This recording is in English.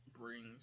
brings